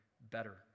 better